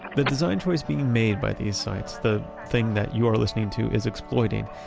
the design choice being made by these sites, the thing that you are listening to is exploiting,